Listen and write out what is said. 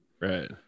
right